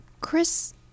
chris